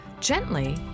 Gently